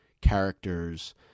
characters